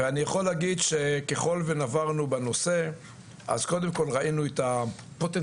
ואני יכול להגיד שככל ונברנו בנושא אז קודם כל ראינו את הפוטנציאל